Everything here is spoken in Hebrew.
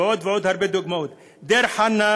ועוד ועוד הרבה דוגמאות: דיר-חנא,